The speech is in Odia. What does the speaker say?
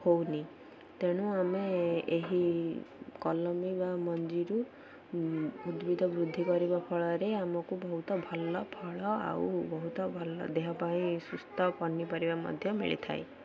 ହଉନି ତେଣୁ ଆମେ ଏହି କଲମୀ ବା ମଞ୍ଜିରୁ ଉଦ୍ଭିଦ ବୃଦ୍ଧି କରିବା ଫଳରେ ଆମକୁ ବହୁତ ଭଲ ଫଳ ଆଉ ବହୁତ ଭଲ ଦେହ ପାଇଁ ସୁସ୍ଥ ପନିପରିବା ମଧ୍ୟ ମିଳିଥାଏ